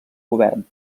govern